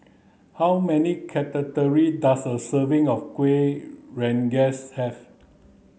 how many does a serving of Kuih Rengas have